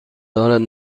دارد